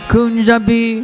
Kunjabi